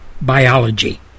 biology